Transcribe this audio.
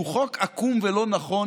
שהוא חוק עקום ולא נכון,